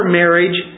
marriage